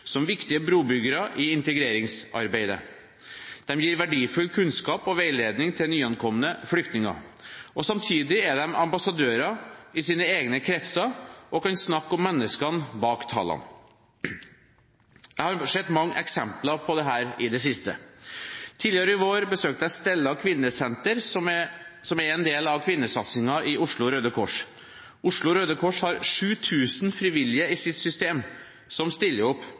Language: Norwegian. som viktige brobyggere i integreringsarbeidet. De gir verdifull kunnskap og veiledning til nyankomne flyktninger. Samtidig er de ambassadører i sine egne kretser og kan snakke om menneskene bak tallene. Jeg har sett mange eksempler på dette i det siste. Tidligere i vår besøkte jeg Stella kvinnesenter, som er en del av kvinnesatsingen i Oslo Røde Kors. Oslo Røde Kors har 7 000 frivillige i sitt system, som stiller opp